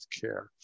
care